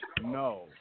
no